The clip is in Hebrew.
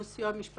מול הסיוע המשפטי,